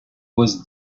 was